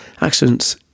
accidents